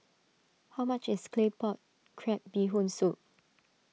how much is Claypot Crab Bee Hoon Soup